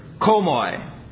komoi